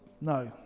No